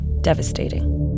devastating